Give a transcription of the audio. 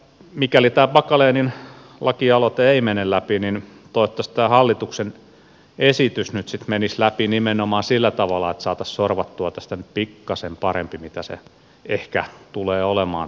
mikäli tämä packalenin lakialoite ei mene läpi niin toivottavasti tämä hallituksen esitys nyt sitten menisi läpi nimenomaan sillä tavalla että saataisiin sorvattua tästä pikkasen parempi kuin mitä tämä esitys ehkä tulee olemaan